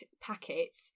packets